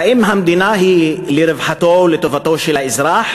האם המדינה היא לרווחתו ולטובתו של האזרח,